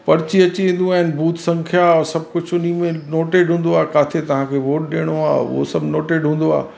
पर्ची अची वेंदियूं आहिनि हू संख्या सभु कुझु उन्हीअ में नोटेड हूंदो आहे काथे तव्हांखे वोट ॾियणो आहे उहो सभु नोटेड हूंदो आहे